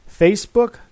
Facebook